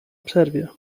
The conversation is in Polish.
przerwie